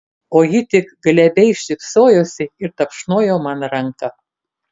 o ji tik glebiai šypsojosi ir tapšnojo man ranką